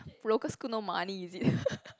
local school no money is it